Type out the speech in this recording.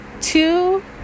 two